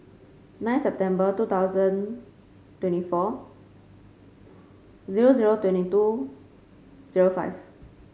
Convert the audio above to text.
nine September two thousand twenty four zero zero twenty two zero five